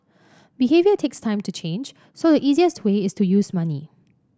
behaviour takes time to change so the easiest way is to use money